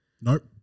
Nope